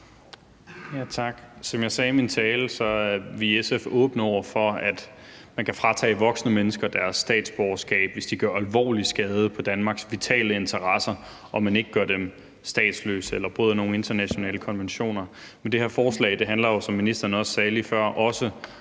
Som jeg sagde i min tale, er vi i SF åbne over for, at man kan fratage voksne mennesker deres statsborgerskab, hvis de gør alvorlig skade på Danmarks vitale interesser – og man ikke gør dem statsløse eller bryder nogen internationale konventioner. Men det her forslag handler, som ministeren også sagde lige før, også om